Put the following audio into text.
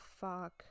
fuck